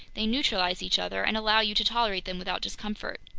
they neutralize each other and allow you to tolerate them without discomfort.